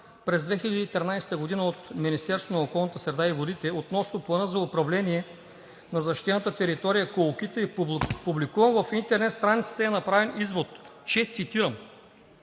през 2013 г. от Министерството на околната среда и водите, относно Плана за управление на защитената територия „Колокита“ и публикуван на интернет страницата е направен извод, че, цитирам: